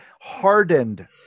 hardened